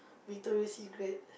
Victoria-Secret